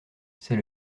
c’est